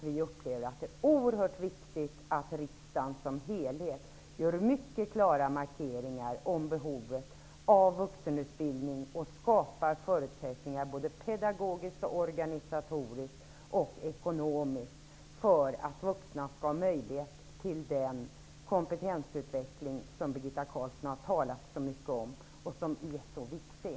Vi upplever att det är oerhört viktigt att riksdagen som helhet gör mycket klara markeringar av behovet av vuxenutbildning. Vidare är det viktigt att skapa pedagogiska, organisatoriska och ekonomiska förutsättningar för att vuxna skall ha möjlighet till den kompetensutveckling som Birgitta Carlsson har talat om och som är så viktig.